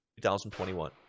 2021